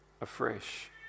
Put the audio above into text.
afresh